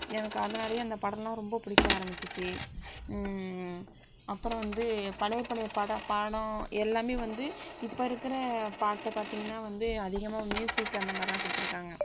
எனக்கு அதனாலயே அந்த படலாம் ரொம்ப பிடிக்க ஆரம்பிச்சிச்சு அப்றம் வந்து பழைய பழைய படம் பாடம் எல்லாம் வந்து இப்போ இருக்கிற பாட்டைப் பார்த்தீங்கனா வந்து அதிகமாக மியூசிக் அந்த மாதிரிதான் கொடுத்துருக்காங்க